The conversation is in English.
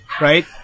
Right